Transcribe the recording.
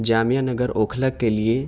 جامعہ نگر اوکھلا کے لیے